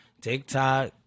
TikTok